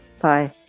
Bye